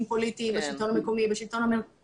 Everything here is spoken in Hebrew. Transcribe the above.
פוליטיים בשלטון המקומי ובשלטון המרכזי